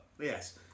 Yes